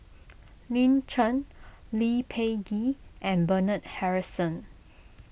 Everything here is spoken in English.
Lin Chen Lee Peh Gee and Bernard Harrison